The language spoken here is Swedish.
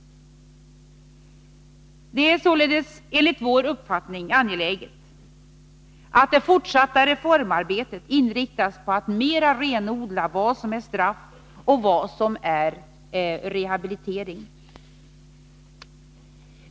Det är således enligt vår uppfattning angeläget att det fortsatta reformarbetet inriktas på att mer renodla vad som är straff och vad som är rehabilitering.